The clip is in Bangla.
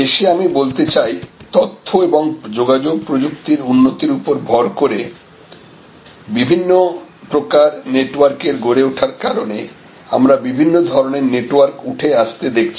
শেষে আমি বলতে চাই তথ্য এবং যোগাযোগ প্রযুক্তির উন্নতির উপর ভর করে বিভিন্ন প্রকার নেটওয়ার্কের এর গড়ে ওঠার কারণে আমরা বিভিন্ন ধরনের নেটওয়ার্ক উঠে আসতে দেখছি